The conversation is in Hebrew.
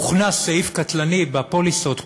הוכנס סעיף קטלני בפוליסות,